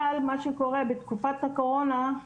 בתקופת הקורונה,